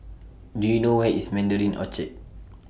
Do YOU know Where IS Mandarin Orchard